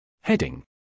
Heading